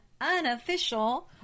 Unofficial